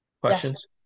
questions